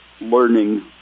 learning